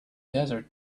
desert